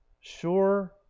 sure